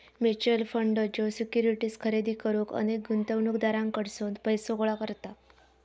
mutual fund ज्यो securities खरेदी करुक अनेक गुंतवणूकदारांकडसून पैसो गोळा करता